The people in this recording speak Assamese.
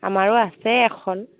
আমাৰো আছে এখন